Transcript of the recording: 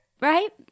right